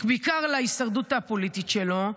בעיקר להישרדות הפוליטית שלו,